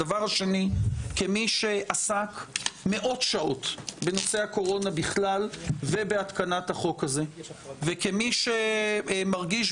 כמי שעסק מאות שעות בנושא הקורונה ובהתקנת החוק הזה וכמי שמרגיש,